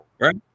Right